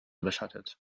überschattet